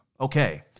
Okay